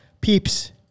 Peeps